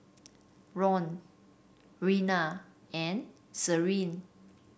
Ron Reina and Sherrie